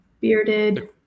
bearded